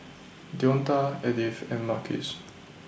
Deonta Edyth and Marquez